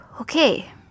Okay